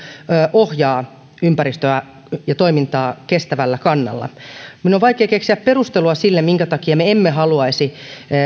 ohjaa toimintaa kestävällä tavalla minun on vaikea keksiä perustelua sille minkä takia me emme haluaisi